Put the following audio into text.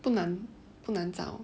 不能不能找